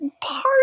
party